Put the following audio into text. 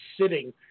sitting